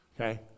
Okay